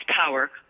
power